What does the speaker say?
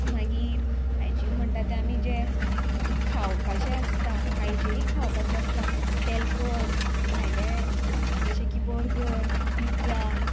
मागीर हायजीन म्हणटा ते आमी जे खावपाचे आसता हायजिनीक खावपाचे आसता तेलकट भायले जशे की बर्गर पिझ्झा